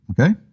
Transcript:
okay